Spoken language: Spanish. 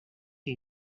que